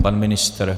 Pan ministr?